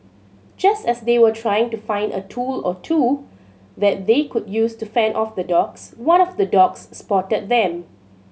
just as they were trying to find a tool or two that they could use to fend off the dogs one of the dogs spotted them